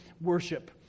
worship